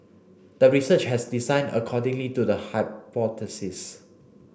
the research has designed accordingly to the hypothesis